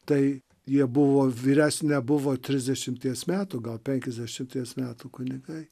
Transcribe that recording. tai jie buvo vyresni nebuvo trisdešimties metų gal penkiasdešimties metų kunigai